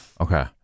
Okay